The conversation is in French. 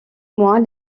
mois